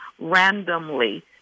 randomly